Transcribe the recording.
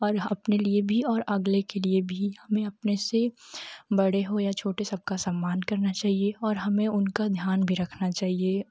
और अपने लिए भी और अगले के लिए भी हमें अपने से बड़े हो या छोटे सबका सम्मान करना चाहिए और हमें उनका ध्यान भी रखना चाहिए